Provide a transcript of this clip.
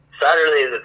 Saturday